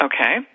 Okay